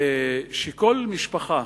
שכל משפחה